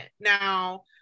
Now